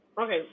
Okay